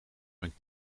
mijn